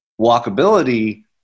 walkability